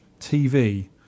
TV